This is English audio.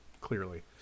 clearly